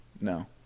No